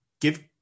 give